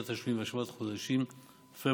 דחיית תשלומים והשבת החודשים פברואר-מרץ,